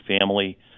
family